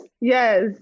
Yes